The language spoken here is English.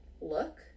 look